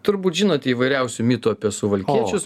turbūt žinote įvairiausių mitų apie suvalkiečius